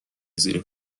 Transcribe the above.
زیر